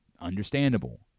Understandable